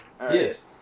Yes